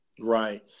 Right